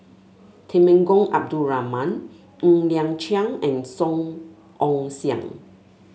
Temenggong Abdul Rahman Ng Liang Chiang and Song Ong Siang